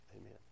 amen